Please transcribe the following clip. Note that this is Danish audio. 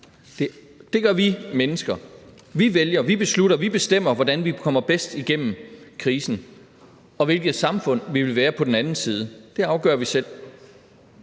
Det gør vi mennesker; vi vælger, og vi beslutter, og vi bestemmer, hvordan vi kommer bedst igennem krisen, og hvilket samfund vi vil være på den anden side. Det afgør vi selv.